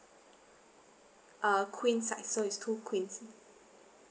uh queen size so it's two queens